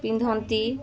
ପିନ୍ଧନ୍ତି